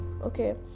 okay